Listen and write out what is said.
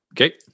Okay